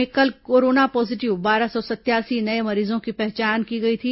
प्रदेश में कल corona positive बारह सौ सतयासी नये मरीजों की पहचान की गई थी